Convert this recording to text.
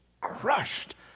crushed